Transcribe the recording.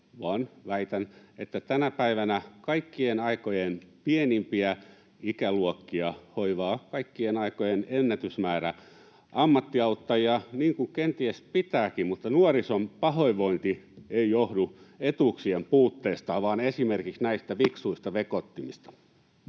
väitän, että tänä päivänä kaikkien aikojen pienimpiä ikäluokkia hoivaa kaikkien aikojen ennätysmäärä ammattiauttajia, niin kuin kenties pitääkin. Mutta nuorison pahoinvointi ei johdu etuuksien puutteesta, vaan esimerkiksi näistä fiksuista vekottimista.